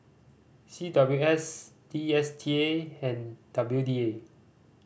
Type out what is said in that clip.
C W S D S T A and W D A